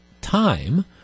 time